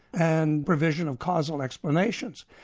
and provision of causal explanations.